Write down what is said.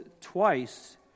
twice